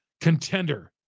contender